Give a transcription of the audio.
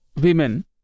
women